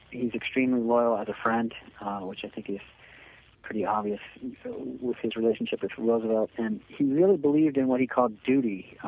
extremely loyal as a friend which i think is pretty obvious with his relationship with roosevelt and he really believe in what he called duty.